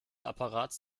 apparats